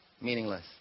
meaningless